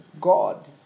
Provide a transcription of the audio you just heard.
God